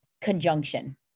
conjunction